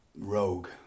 Rogue